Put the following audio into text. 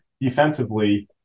defensively